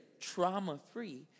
trauma-free